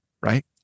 right